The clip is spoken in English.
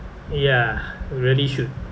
ya really should